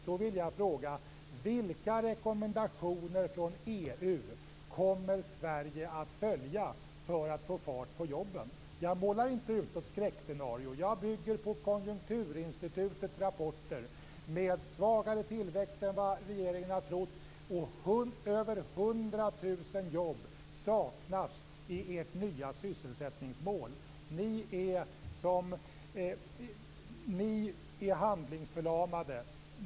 Då vill jag fråga: Vilka rekommendationer från EU kommer Sverige att följa för att få fart på jobben? Jag målar inte ut något skräckscenario. Jag bygger på Konjunkturinstitutets rapporter om svagare tillväxt än vad regeringen har trott. Över 100 000 jobb saknas i ert nya sysselsättningsmål. Ni är handlingsförlamade.